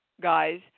guys